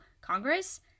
congress